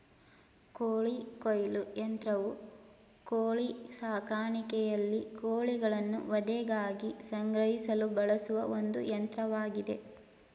ಕೋಳಿ ಕೊಯ್ಲು ಯಂತ್ರವು ಕೋಳಿ ಸಾಕಾಣಿಕೆಯಲ್ಲಿ ಕೋಳಿಗಳನ್ನು ವಧೆಗಾಗಿ ಸಂಗ್ರಹಿಸಲು ಬಳಸುವ ಒಂದು ಯಂತ್ರವಾಗಿದೆ